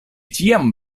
ĉiam